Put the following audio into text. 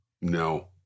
No